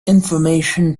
information